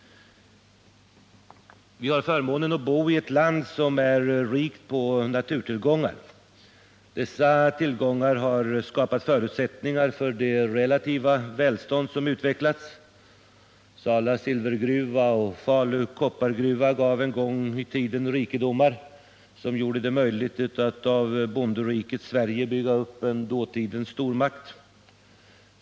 Vi har förmånen att bo i ett land som är rikt på naturtillgångar. Dessa tillgångar har skapat förutsättningar för det relativa välstånd som utvecklats. Sala silvergruva och Falu koppargruva gav en gång i tiden rikedomar, som gjorde det möjligt att av bonderiket Sverige bygga upp en dåtidens stormakt.